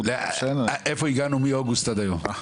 איפה הגענו מאוגוסט עד היום.